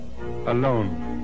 alone